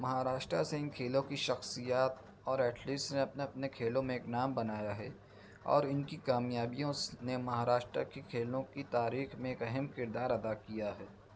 مہاراشٹر سے ان کھیلوں کی شخصیات اور ایٹھلیس نے اپنے اپنے کھیلوں میں ایک نام بنایا ہے اور ان کی کامیابیوں سے نے مہاراشٹر کی کھیلیوں کی تاریخ میں ایک اہم کردار ادا کیا ہے